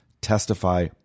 testify